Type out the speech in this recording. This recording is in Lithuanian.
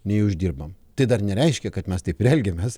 nei uždirbam tai dar nereiškia kad mes taip ir elgiamės